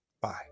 Bye